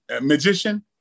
magician